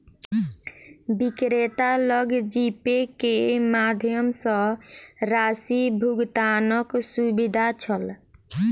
विक्रेता लग जीपे के माध्यम सॅ राशि भुगतानक सुविधा छल